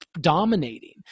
dominating